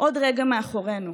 עוד רגע מאחורינו,